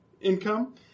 income